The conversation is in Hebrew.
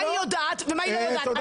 מה היא יודעת ומה היא לא יודעת.